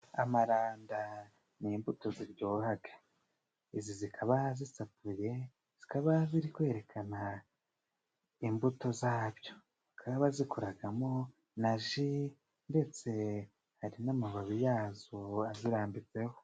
Amaranda ni imbuto ziryohaga, izi zikaba zisatuye zikaba ziri kwerekana imbuto zabyo, bakaba bazikoragamo na ji, ndetse hari n'amababi yazo azirambitseho.